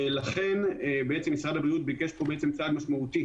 ולכן משרד הבריאות ביקש צעד משמעותי